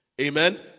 Amen